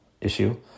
issue